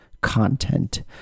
content